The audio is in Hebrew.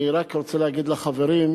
אני רק רוצה להגיד לחברים,